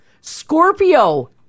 Scorpio